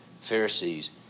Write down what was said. Pharisees